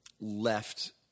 left